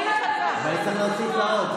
אני צריך להוסיף לה עוד.